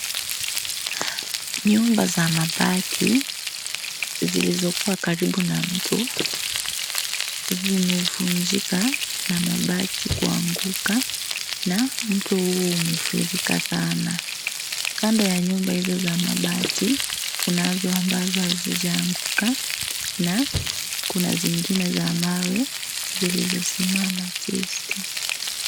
Nyumba za mabati zilizokuwa karibu na mto zimevunjika na mabati kuanguka na mto huo umefurika sana. Kando ya hizo nyumba za mabati kunazo ambazo hazijaanguka na kuna zingine za mawe zilizosimama tisti.